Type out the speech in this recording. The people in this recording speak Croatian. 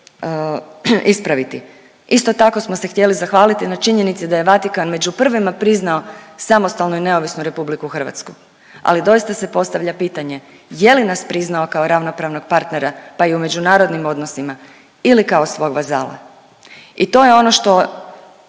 ispraviti. Isto tako smo se htjeli zahvaliti na činjenici da je Vatikan među prvima priznao samostalnu i neovisnu Republiku Hrvatsku. Ali doista se postavlja pitanje je li nas priznao kao ravnopravnog partnera, pa i u međunarodnim odnosima ili kao svog vazala. I to je ono što